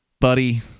buddy